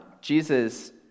Jesus